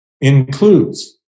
includes